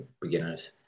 beginners